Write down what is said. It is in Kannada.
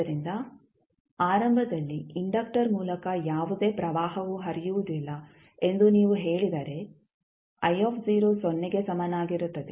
ಆದ್ದರಿಂದ ಆರಂಭದಲ್ಲಿ ಇಂಡಕ್ಟರ್ ಮೂಲಕ ಯಾವುದೇ ಪ್ರವಾಹವು ಹರಿಯುವುದಿಲ್ಲ ಎಂದು ನೀವು ಹೇಳಿದರೆ ಸೊನ್ನೆಗೆ ಸಮನಾಗಿರುತ್ತದೆ